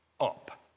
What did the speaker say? up